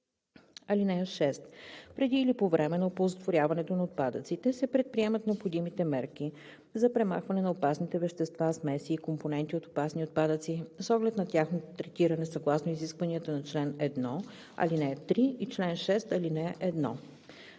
ал. 1. (6) Преди или по време на оползотворяването на отпадъците се предприемат необходимите мерки за премахване на опасните вещества, смеси и компоненти от опасни отпадъци с оглед на тяхното третиране съгласно изискванията на чл. 1, ал. 3 и на чл. 6, ал. 1.